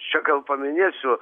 čia gal paminėsiu